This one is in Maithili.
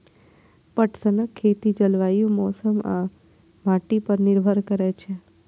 पटसनक खेती जलवायु, मौसम आ माटि पर निर्भर करै छै